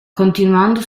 continuando